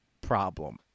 problem